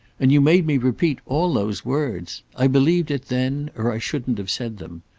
and you made me repeat all those words. i believed it then, or i shouldn't have said them.